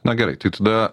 na gerai tai tada